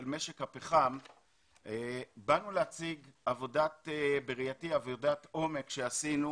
משק הפחם באנו להציג עבודת עומק שעשינו.